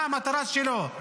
מה המטרה שלו?